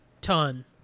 Ton